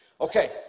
Okay